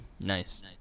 Nice